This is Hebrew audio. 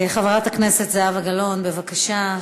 חברת הכנסת זהבה גלאון, בבקשה.